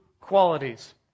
qualities